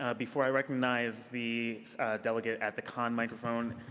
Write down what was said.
ah before i recognize the delegate at the con microphone,